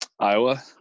Iowa